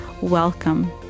Welcome